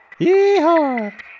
Yeehaw